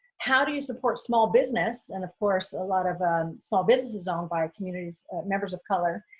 how do you support small business and of course a lot of um small businesses owned by communities members of color?